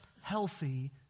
healthy